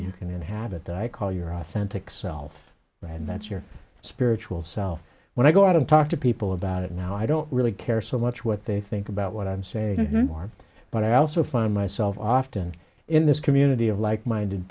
you can inhabit that i call your authentic self and that's your spiritual self when i go out and talk to people about it now i don't really care so much what they think about what i'm saying but i also find myself often in this community of like minded